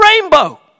rainbow